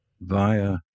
via